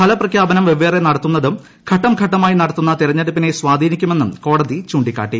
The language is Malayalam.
ഫലപ്രഖ്യാപനം വെവ്വേറെ നടത്തുന്നതും ഘട്ടംഘട്ടമായി നടത്തുന്ന തെരഞ്ഞെടുപ്പിനെ സ്വാധീനിക്കുമെന്നും കോടതി ചൂണ്ടിക്കാട്ടി